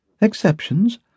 Exceptions